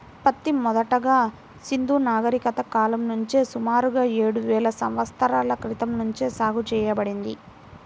పత్తి మొదటగా సింధూ నాగరికత కాలం నుంచే సుమారుగా ఏడువేల సంవత్సరాల క్రితం నుంచే సాగు చేయబడింది